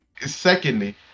secondly